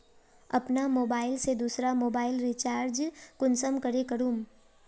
अपना मोबाईल से दुसरा मोबाईल रिचार्ज कुंसम करे करूम?